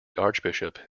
archbishop